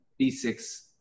b6